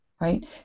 right